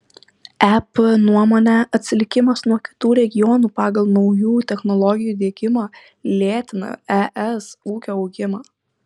ep nuomone atsilikimas nuo kitų regionų pagal naujų technologijų diegimą lėtina es ūkio augimą